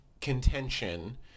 contention